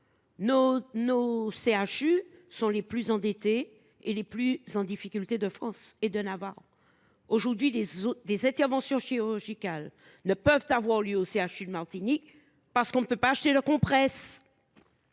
Nos CHU sont les plus endettés et les plus en difficulté de France et de Navarre ! Aujourd’hui, des interventions chirurgicales ne peuvent avoir lieu au CHU de Martinique tout simplement parce qu’on ne peut pas acheter de compresses